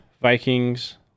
Vikings